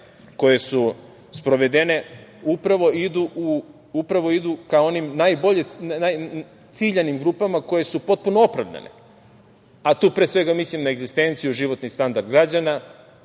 koje su sprovedene upravo idu ka onim ciljanim grupama koje su potpuno opravdane. Tu mislim na egzistenciju, životni standard građana,